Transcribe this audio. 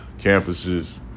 campuses